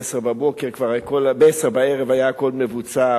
בעשר בערב כבר היה הכול מבוצע,